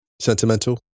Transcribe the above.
Sentimental